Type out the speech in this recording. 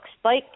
Spike